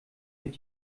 mit